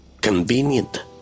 convenient